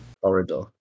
corridor